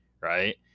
right